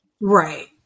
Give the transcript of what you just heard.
right